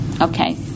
okay